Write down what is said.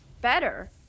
better